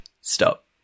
Stop